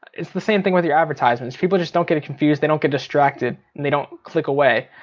it's the same thing with your advertisements, people just don't get confused, they don't get distracted and they don't click away.